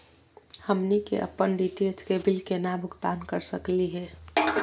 हमनी के अपन डी.टी.एच के बिल केना भुगतान कर सकली हे?